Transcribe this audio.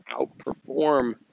outperform